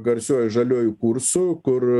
garsiuoju žaliuoju kursu kur